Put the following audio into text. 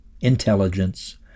intelligence